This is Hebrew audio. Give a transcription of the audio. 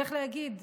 צריך להגיד,